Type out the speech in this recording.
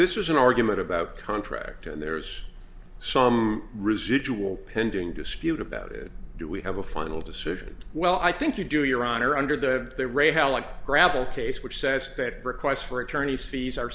this was an argument about contract and there's some residual pending dispute about it do we have a final decision well i think you do your honor under the they re how like gravel case which says that requests for attorney's fees are